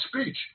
speech